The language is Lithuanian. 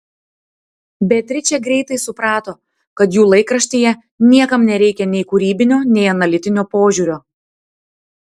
beatričė greitai suprato kad jų laikraštyje niekam nereikia nei kūrybinio nei analitinio požiūrio